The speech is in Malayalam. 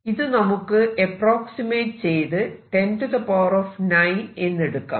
ഇത് നമുക്ക് അപ്പ്രോക്സിമേറ്റ് ചെയ്ത് 109 എന്ന് എടുക്കാം